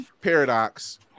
Paradox